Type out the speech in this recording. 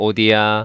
Odia